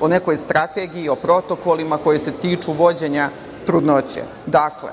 o nekoj strategiji, o protokolima koji se tiču vođenja trudnoće. Dakle,